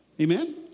Amen